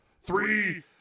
three